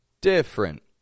Different